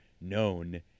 known